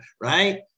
right